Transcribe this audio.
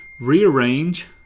rearrange